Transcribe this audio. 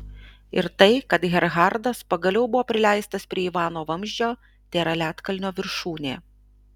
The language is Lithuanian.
ir tai kad gerhardas pagaliau buvo prileistas prie ivano vamzdžio tėra ledkalnio viršūnė